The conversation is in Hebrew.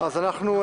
אז אנחנו,